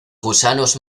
gusanos